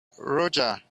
roger